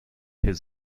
his